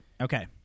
Okay